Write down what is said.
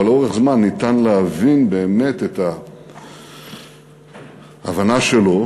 אבל לאורך זמן ניתן להבין באמת את ההבנה שלו,